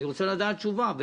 אני רוצה לדעת תשובה.